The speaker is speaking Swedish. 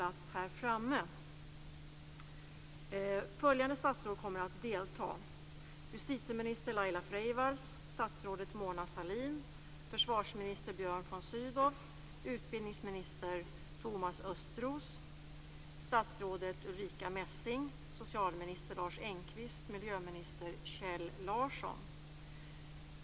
Då följer frågestund. Jag får be regeringens företrädare att ta plats här framme. Följande statsråd kommer att delta: Justitieminister Laila Freivalds, statsrådet Mona Sahlin, försvarsminister Björn von Sydow, utbildningsminister Thomas Östros, statsrådet Ulrica Messing, socialminister Lars Engqvist och miljöminister Kjell Larsson.